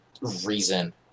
reason